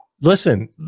listen